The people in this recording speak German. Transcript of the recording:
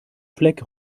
fleck